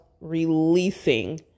releasing